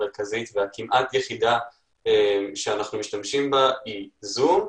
המרכזית והכמעט יחידה שאנחנו משתמשים בה היא זום.